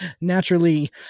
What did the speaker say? naturally